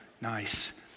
nice